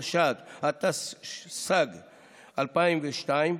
התשס"ג 2002,